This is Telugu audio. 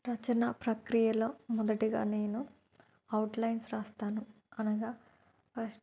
రచనా ప్రక్రియలో మొదటిగా నేను అవుట్ లైన్స్ రాస్తాను అనగా ఫస్ట్